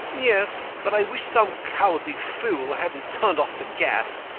yes but i wish some cowardly fool hadn't turned off the gas.